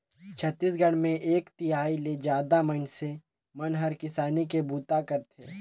छत्तीसगढ़ मे एक तिहाई ले जादा मइनसे मन हर किसानी के बूता करथे